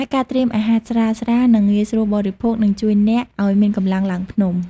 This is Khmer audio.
ហើយការត្រៀមអាហារស្រាលៗ និងងាយស្រួលបរិភោគនឹងជួយអ្នកឲ្យមានកម្លាំងឡើងភ្នំ។